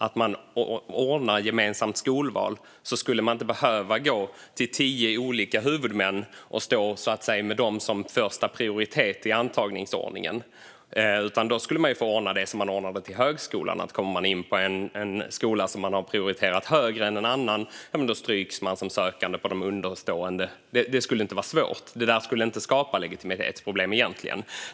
Om vi anordnar gemensamt skolval skulle man inte behöva gå till tio olika huvudmän och ange någon som första prioritet i antagningsordningen. Då får vi i stället ordna det som vi gjort för högskolan: Om man kommer in på en skola som man har prioriterat högre än en annan stryks man som sökande på de understående. Det skulle inte vara svårt. Det där skulle faktiskt inte skapa några legitimitetsproblem.